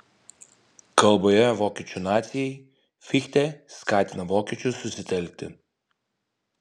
kalboje vokiečių nacijai fichtė skatina vokiečius susitelkti